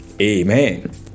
Amen